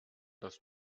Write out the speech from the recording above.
das